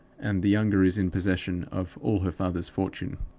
and the younger is in possession of all her father's fortune.